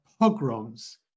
pogroms